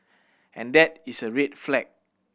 and that is a red flag